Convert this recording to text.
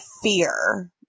fear